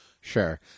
Sure